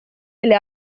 delle